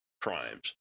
crimes